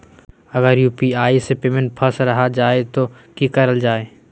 अगर यू.पी.आई से पेमेंट फस रखा जाए तो की करल जाए?